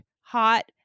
hot